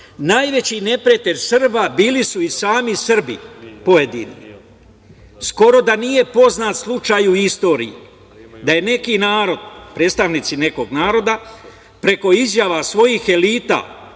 najveći neprijatelj Srba bili su i sami pojedini Srbi. Skoro da nije poznat slučaj u istoriji da je neki narod, predstavnici nekog naroda preko izjava svojih elita